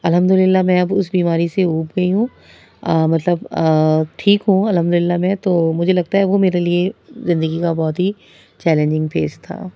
الحمد للہ میں اب اس بیماری سے اوب گئی ہوں مطلب ٹھیک ہوں الحمد للہ میں تو مجھے لگتا ہے وہ میرے لیے زندگی کا بہت ہی چیلینجنگ فیز تھا